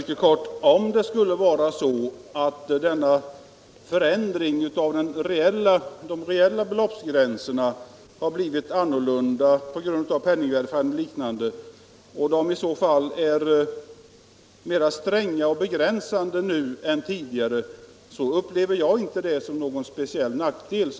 Herr talman! Även om de reella beloppgränserna har ändrats på grund av penningvärdeförändringen och liknande och därför nu är mera begränsande än tidigare, anser jag inte att det är någon speciell nackdel.